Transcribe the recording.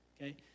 okay